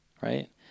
right